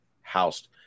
housed